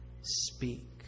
speak